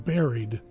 Buried